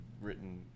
written